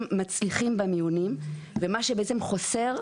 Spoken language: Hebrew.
מצליחים במיונים, ומה שבעצם חוסם,